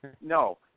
No